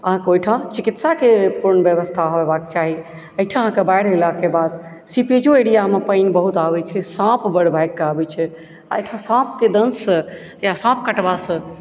आहाँके ओहिठाम चिकित्साकेँ पूर्ण व्यवस्था होयबाक चाही एहिठाम आहाँके बाढ़ि एलाके बाद सीपेजो एरिया मे पानि बहुत आबैत छै साँप बड्ड भागि कऽ आबैत छै आ एहिठाम साँप केँ दंश सँ या साँप कटबा सँ